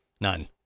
None